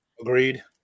Agreed